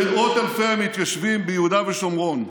שמאות אלפי המתיישבים ביהודה ושומרון,